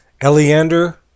Eleander